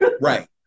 right